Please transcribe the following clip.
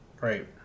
Right